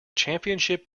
championship